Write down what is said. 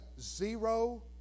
zero